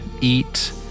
eat